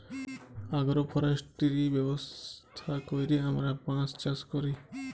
agro forestry ব্যবস্থা ক্যইরে আমরা বাঁশ চাষ ক্যরি